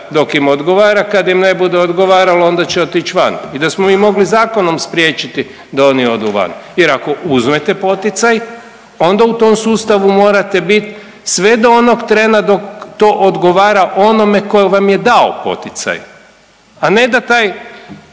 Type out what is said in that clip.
dok im odgovara, kada im ne bude odgovaralo onda će otići van i da smo mi mogli zakonom spriječiti da oni odu van. Jer ako uzmete poticaj onda u tom sustavu morate biti sve do onoga trena dok to odgovara onome koji vam je dao poticaj, a ne da taj